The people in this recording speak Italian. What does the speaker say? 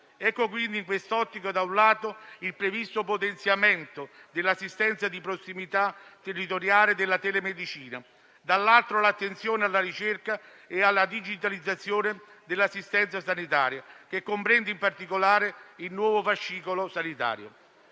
Ecco quindi, in quest'ottica, da un lato, il previsto potenziamento dell'assistenza di prossimità territoriale e della telemedicina e, dall'altro, l'attenzione alla ricerca e alla digitalizzazione dell'assistenza sanitaria, che comprende, in particolare, il nuovo fascicolo sanitario.